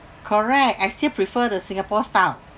correct I still prefer the singapore style